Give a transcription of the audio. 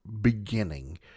beginning